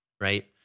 right